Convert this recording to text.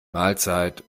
mahlzeit